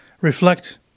reflect